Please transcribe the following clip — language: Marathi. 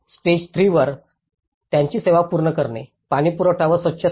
स्टेज 3 वर त्याची सेवा पूर्ण करणे पाणीपुरवठा व स्वच्छता